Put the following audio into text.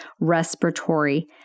respiratory